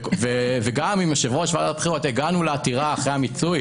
גם אם הגענו לעתירה אחרי המיצוי,